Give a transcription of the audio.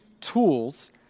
tools